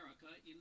America